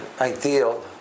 ideal